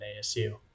ASU